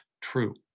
true